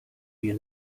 wir